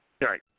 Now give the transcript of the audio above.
Right